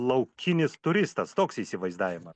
laukinis turistas toks įsivaizdavima